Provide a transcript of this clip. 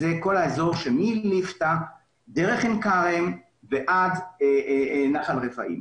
זה כל האזור שמליפתא דרך עין כרם ועד נחל רפאים.